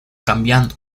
cambiando